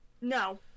no